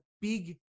big